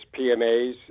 PMAs